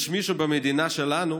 יש מישהו במדינה שלנו